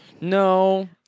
No